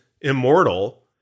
immortal